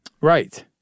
Right